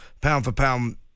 pound-for-pound